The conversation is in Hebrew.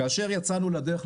כאשר יצאנו לדרך,